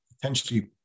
potentially